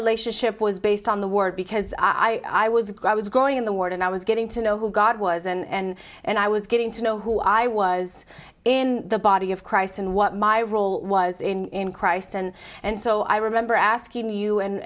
relationship was based on the word because i was glad i was going in the ward and i was getting to know who god was and and i was getting to know who i was in the body of christ and what my role was in christ and and so i remember asking you and